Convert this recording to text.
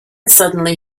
suddenly